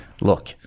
look